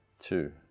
two